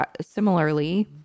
similarly